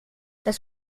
das